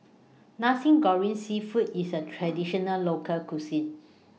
Nasi Goreng Seafood IS A Traditional Local Cuisine